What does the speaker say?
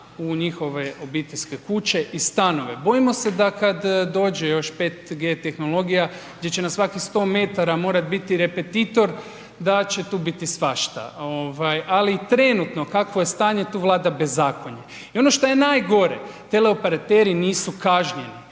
u njihove obiteljske kuće i stanove. Bojimo se da kad dođe još 5G tehnologija gdje će na svakih 100 metara morat bit repetitor da će tu biti svašta. Ovaj, ali trenutno kakvo je stanje, tu vlada bezakonje. I ono što je najgore, teleoperateri nisu kažnjeni,